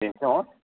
दिन्छौँ हो